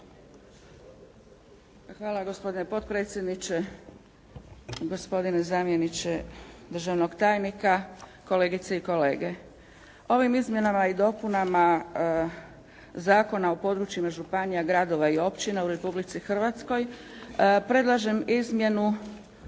Hvala gospodine potpredsjedniče, gospodine zamjeniče državnog tajnika, kolegice i kolege. Ovim izmjenama i dopunama Zakona o područjima županija, gradova i općina u Republici Hrvatskoj predlažem izmjenu